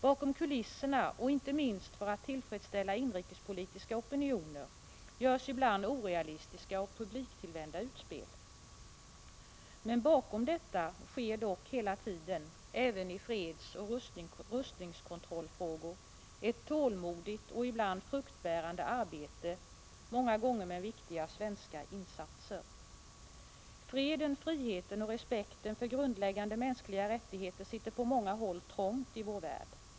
Bakom kulisserna och inte minst för att tillfredsställa inrikespolitiska opinioner görs ibland orealistiska och publiktillvända utspel. Men bakom detta sker dock hela tiden, även i fredsoch rustningskontrollfrågor, ett tålmodigt och ibland fruktbärande arbete, många gånger med viktiga svenska insatser. Freden, friheten och respekten för grundläggande mänskliga rättigheter sitter på många håll trångt i vår värld.